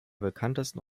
bekanntesten